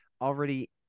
already